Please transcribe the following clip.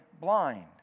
blind